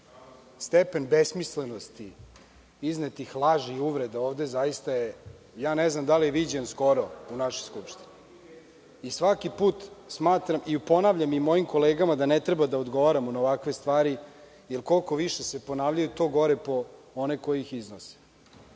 Stepen besmislenosti, iznetih laži i uvreda ovde zaista ne znam da li je viđen skoro u našoj Skupštini. Svaki put ponavljam mojim kolegama da ne treba da odgovaramo na ovakve stvari, jer koliko više se ponavljaju to gore po one koji ih iznose.